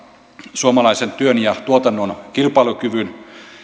suomalaisen työn ja tuotannon kilpailukyvyn